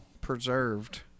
preserved